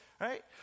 right